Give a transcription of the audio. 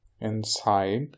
Inside